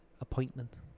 appointment